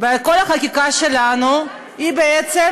וכל החקיקה שלנו היא בעצם,